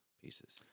pieces